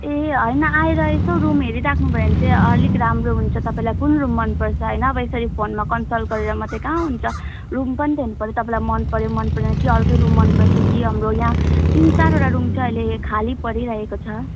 ए होइन आएर यसो रुम हेरिराख्नु भयो भने चाहिँ अलिक राम्रो हुन्छ तपाईँलाई कुन रुम मनपर्छ होइन अब यसरी फोनमा कन्सल्ट गरेर मात्रै कहाँ हुन्छ रुम पनि त हेर्नुपऱ्यो तपाईँलाई मनपऱ्यो मनपरेन कि अर्कै मनपर्छ कि हाम्रो यहाँ तिन चारवटा रुम चाहिँ अहिले खाली परिरहेको छ